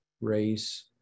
race